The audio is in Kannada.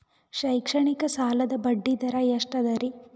ಶೈಕ್ಷಣಿಕ ಸಾಲದ ಬಡ್ಡಿ ದರ ಎಷ್ಟು ಅದರಿ?